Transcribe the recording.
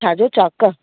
छाजो चॉक